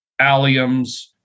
alliums